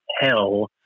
hell